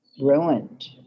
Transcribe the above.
ruined